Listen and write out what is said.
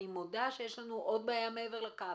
אני מודה שיש לנו עוד בעיה מעבר לקו,